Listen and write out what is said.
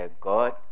God